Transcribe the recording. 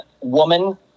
woman